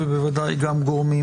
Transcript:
ובוודאי גם גורמים